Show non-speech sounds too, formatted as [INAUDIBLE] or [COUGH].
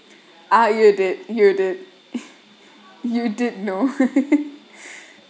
ah you did you did you did know [LAUGHS]